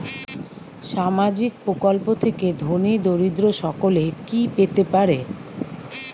সামাজিক প্রকল্প থেকে ধনী দরিদ্র সকলে কি পেতে পারে?